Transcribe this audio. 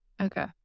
Okay